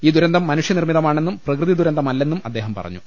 ഈ ദുരന്തം മനുഷ്യനിർമ്മിതമാണെന്നും പ്രകൃതി ദുരന്തമ ല്ലെന്നും അദ്ദേഹം പറഞ്ഞു